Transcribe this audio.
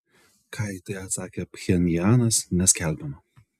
ką į tai atsakė pchenjanas neskelbiama